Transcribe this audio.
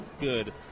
good